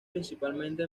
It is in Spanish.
principalmente